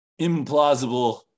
implausible